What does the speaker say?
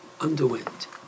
underwent